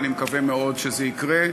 אני מקווה מאוד שזה יקרה.